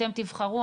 אתם תבחרו,